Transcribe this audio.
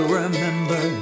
remember